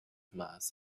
maß